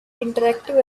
interactive